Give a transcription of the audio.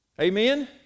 Amen